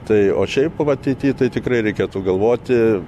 tai o šiaip va ateity tai tikrai reikėtų galvoti